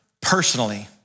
personally